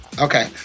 okay